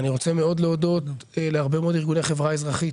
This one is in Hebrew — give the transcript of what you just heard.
אני רוצה מאוד להודות להרבה מאוד ארגוני חברה אזרחית